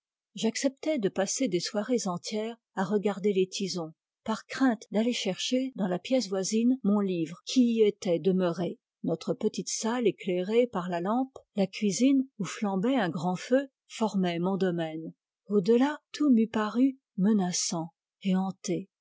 j'acceptais de passer des soirées entières à regarder les tisons par crainte d'aller chercher dans la pièce voisine mon livre qui y était demeuré notre petite salle éclairée par la lampe la cuisine où flambait un grand feu formaient mon domaine au delà tout m'eût paru menaçant et hanté